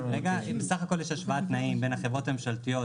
בסך הכול יש השוואת תנאים בין החברות הממשלתיות